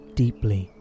deeply